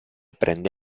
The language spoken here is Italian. prende